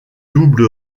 double